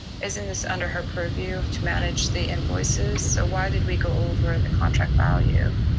isn't this under her purview to manage the invoices? so why did we go over the contract value?